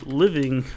living